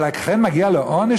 אבל לכן מגיע לו עונש,